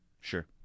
Sure